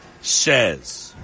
says